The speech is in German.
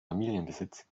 familienbesitz